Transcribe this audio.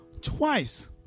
twice